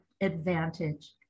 advantage